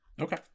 Okay